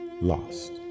lost